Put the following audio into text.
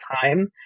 time